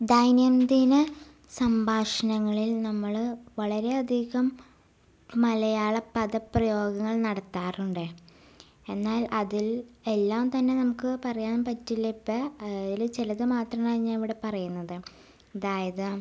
ദൈനം ദിന സംഭാഷണങ്ങളിൽ നമ്മൾ വളരെയധികം മലയാള പദ പ്രയോഗങ്ങൾ നടത്താറുണ്ട് എന്നാൽ അതിൽ എല്ലാം തന്നെ നമുക്ക് പറയാൻ പറ്റില്ല ഇപ്പം അതിൽ ചിലത് മാത്രമാണ് ഞാൻ ഇവിടെ പറയുന്നത് അതായത്